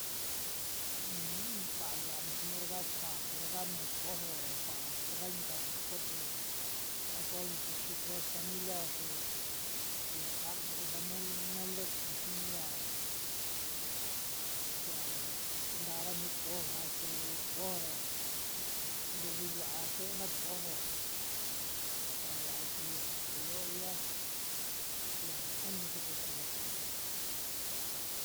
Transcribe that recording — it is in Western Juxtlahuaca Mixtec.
Nknk kuaa tikua nu xiniura'ka chi kuaa tukura'ka nuju tikojo ra kuaa turaka inka viko tuku, a ko iin kuxi tukuoa xi familia'o su ya katu ku famol mole tuku xii ya iya ntara nuu tikojo'ka su yi tikojo ra, ntuvi tikuaa keena tikojo ta vaa chi yia yoo uiya, ya kuni kutuvai'a.